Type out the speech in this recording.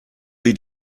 sie